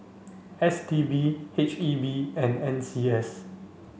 S T B H E B and N C S